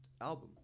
album